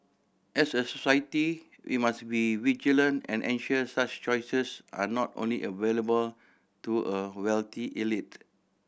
as a society we must be vigilant and ensure such choices are not only available to a wealthy elite